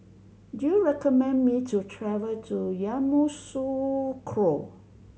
do you recommend me to travel to Yamoussoukro